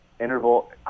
interval